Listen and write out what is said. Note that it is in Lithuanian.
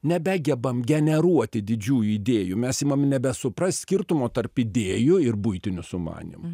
nebegebam generuoti didžiųjų idėjų mes imam nebesuprast skirtumo tarp idėjų ir buitinių sumanymų